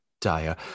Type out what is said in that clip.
dire